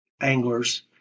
anglers